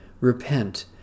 repent